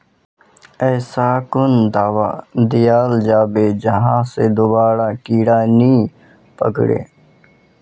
ऐसा कुन दाबा दियाल जाबे जहा से दोबारा कीड़ा नी पकड़े?